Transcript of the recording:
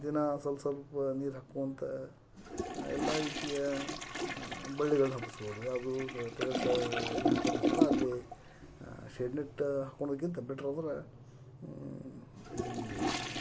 ದಿನಾ ಸ್ವಲ್ಪ್ ಸ್ವಲ್ಪ್ ನೀರು ಹಾಕ್ಕೊತ ಎಲ್ಲ ರೀತಿಯ ಬಳ್ಳಿಗಳನ್ನು ಹಬ್ಬಿಸೋದ್ ಯಾವುದು ಟೆರೆಸ್ಸ ಸಹ ಇದ್ನ ಹಾಕ್ಕೊಂಡಿರ್ತೀವಲ್ಲ ಅಲ್ಲಿ ಶೆಡ್ ನೆಟ್ ಹಾಕ್ಕೊಳೋಕ್ಕಿಂತ ಬೆಟ್ರ್ ಅಂದ್ರೆ ಈ